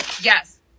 Yes